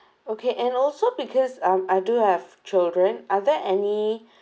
okay and also because um I do have children are there any